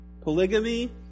polygamy